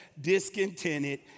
discontented